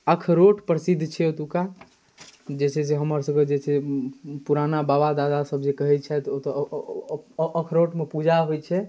अखरोट प्रसिद्ध छै ओतुका जे छै से हमरसभके जे छै पुराना बाबा दादासभ जे कहै छथि ओतऽ अ अ अखरोटमे पूजा होइ छै